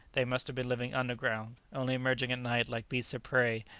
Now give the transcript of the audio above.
they must have been living underground, only emerging at night like beasts of prey,